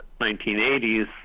1980s